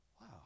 Wow